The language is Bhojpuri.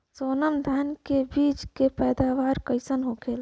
सोनम धान के बिज के पैदावार कइसन होखेला?